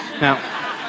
Now